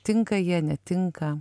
tinka jie netinka